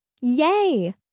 Yay